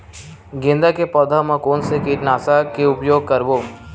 गेंदा के पौधा म कोन से कीटनाशक के उपयोग करबो?